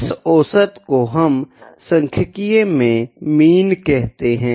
इस औसत को हम सांख्यिकीय में मीन कहते है